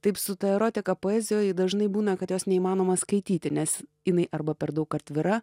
taip su ta erotika poezijoj dažnai būna kad jos neįmanoma skaityti nes jinai arba per daug atvira